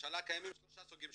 לממשלה קיימים שלושה סוגי מאגרים,